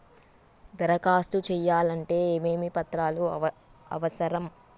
దరఖాస్తు చేయాలంటే ఏమేమి పత్రాలు అవసరం?